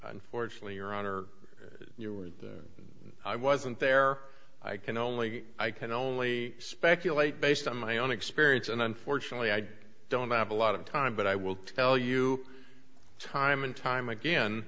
unfortunately your honor you were i wasn't there i can only i can only speculate based on my own experience and unfortunately i don't have a lot of time but i will tell you time and time again